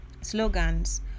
Slogans